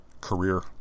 career